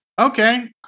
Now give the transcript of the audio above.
Okay